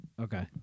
Okay